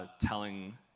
Telling